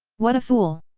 what a fool.